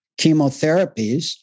chemotherapies